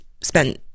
spent